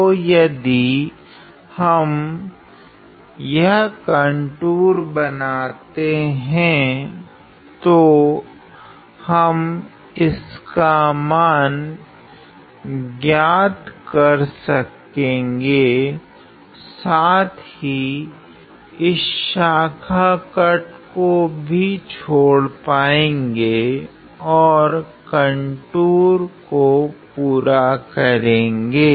तो यदि हम यह कंटूर बनाते है तो हम इस का मान ज्ञात कर सकेगे साथ ही इस शाखा कट को भी छोड़ पाएगे और इस कंटूर को पूरा करेगे